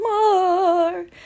more